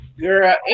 girl